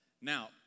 Now